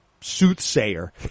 soothsayer